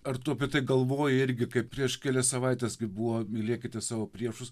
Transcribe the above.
ar tu apie tai galvoji irgi kaip prieš kelias savaites buvo mylėkite savo priešus